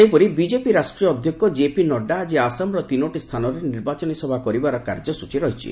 ସେହିପରି ବିଜେପି ରାଷ୍ଟ୍ରୀୟ ଅଧ୍ୟକ୍ଷ କେପି ନଡ଼ୁ ଆକି ଆସାମର ତିନୋଟି ସ୍ଥାନରେ ନିର୍ବାଚନୀ ସଭା କରିବାର କାର୍ଯ୍ୟସ୍ଟଚୀ ରହିଛି